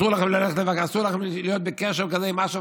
שאסור להם להיות בקשר עם אש"ף,